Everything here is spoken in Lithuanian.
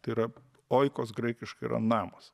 tai yra oikos graikiškai yra namas